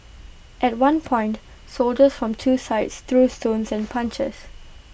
at one point soldiers from two sides threw stones and punches